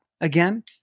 again